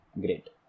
Great